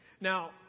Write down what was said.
Now